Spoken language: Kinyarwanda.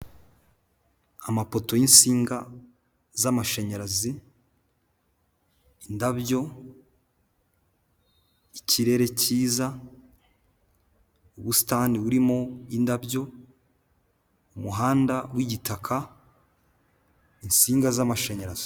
Amapoto yinsinga z'amashanyarazi, indabyo ikirere cyiza, ubusitani burimo indabyo umuhanda w'igitaka insinga z'amashanyarazi.